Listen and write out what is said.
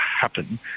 Happen